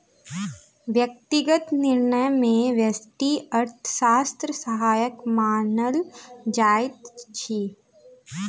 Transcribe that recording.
व्यक्तिगत निर्णय मे व्यष्टि अर्थशास्त्र सहायक मानल जाइत अछि